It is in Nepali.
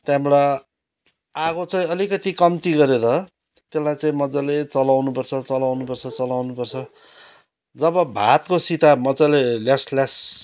त्यहाँबाट आगो चाहिँ अलिकति कम्ती गरेर त्यसलाई चाहिँ मजाले चलाउनुपर्छ चलाउनुपर्छ चलाउनुपर्छ जब भातको सिता मजाले ल्यासल्यास